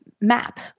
map